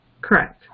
Correct